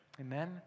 Amen